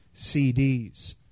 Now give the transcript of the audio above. CDs